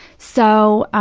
so,